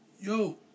yo